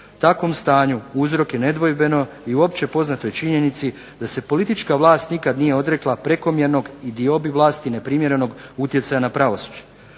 "Takvom stanju uzrok je nedvojbeno i opće poznatoj činjenici da se politička vlast nikada nije odrekla prekomjernog i diobi vlasti neprimjerenog utjecaja na pravosuđe.